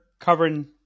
covering